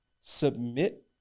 Submit